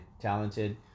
talented